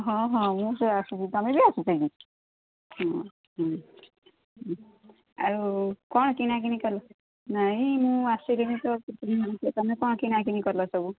ହଁ ହଁ ମୁଁ ତ ଆସିବି ତମେ ବି ଆସୁଛ କି ହଁ ହଁ ଆଉ କ'ଣ କିଣାକିଣି କଲ ନାହିଁ ମୁଁ ଆସିଲିନି ତ ତମେ କ'ଣ କିଣାକିଣି କଲ ସବୁ